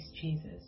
Jesus